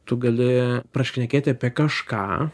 tu gali prašnekėt apie kažką